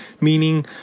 meaning